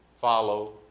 Follow